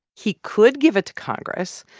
he could give it to congress.